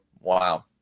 Wow